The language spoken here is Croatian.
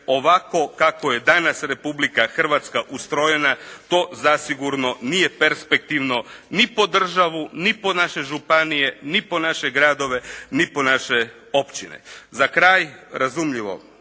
ovako kako je danas Republika Hrvatska ustrojena to zasigurno nije perspektivno ni po državu, ni po naše županije, ni po naše gradove, ni po naše općine. Za kraj, razumljivo